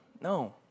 No